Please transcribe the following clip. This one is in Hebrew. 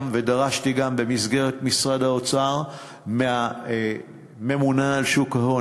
ודרשתי גם במסגרת משרד האוצר מהממונה על שוק ההון,